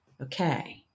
Okay